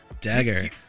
Dagger